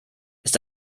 ist